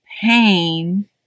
pain